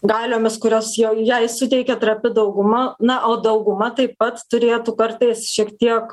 galiomis kurios jau jai suteikė trapi dauguma na o dauguma taip pat turėtų kartais šiek tiek